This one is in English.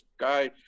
guy